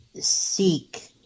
seek